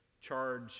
charge